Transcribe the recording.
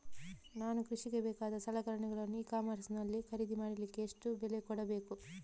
ನಾನು ಕೃಷಿಗೆ ಬೇಕಾದ ಸಲಕರಣೆಗಳನ್ನು ಇ ಕಾಮರ್ಸ್ ನಲ್ಲಿ ಖರೀದಿ ಮಾಡಲಿಕ್ಕೆ ಎಷ್ಟು ಬೆಲೆ ಕೊಡಬೇಕು?